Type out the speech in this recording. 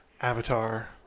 avatar